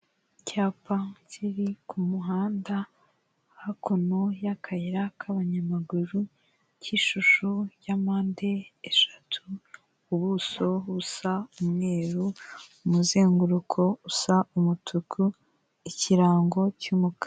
Icyapa kiri ku muhanda hakuno y'akayira k'abanyamaguru k'ishusho ya mpande eshatu, ubuso busa umweru, umuzenguruko usa umutuku, ikirango cy'umukara.